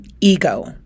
ego